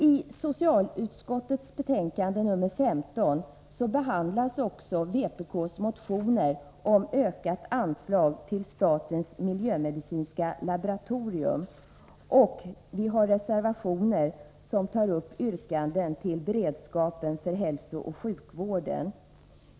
I socialutskottets betänkande nr 15 behandlas också vpk:s motioner om ökat anslag till statens miljömedicinska laboratorium. Vi har reservationer som tar upp yrkanden om medel till beredskapen för hälsooch sjukvården.